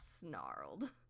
snarled